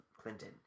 Clinton